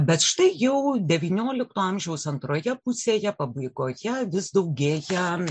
bet štai jau devyniolikto amžiaus antroje pusėje pabaigoje vis daugėja